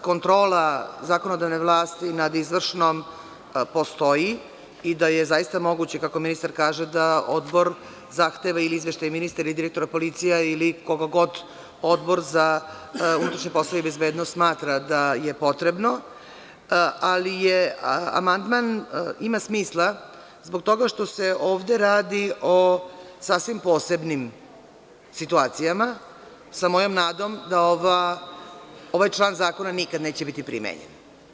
kontrola zakonodavne vlasti nad izvršnom postoji, i da je zaista moguće kako ministar kaže da Odbor zahteva ili izveštaj ministra ili direktora policije ili koga god Odbor za unutrašnje poslove i bezbednost smatra da je potrebno, ali amandman ima smisla zbog toga što se ovde radi o sasvim posebnim situacijama, sa mojom nadom da ovaj član zakona nikada neće biti primenjen.